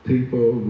People